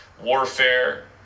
warfare